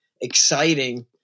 exciting